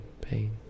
pain